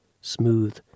smooth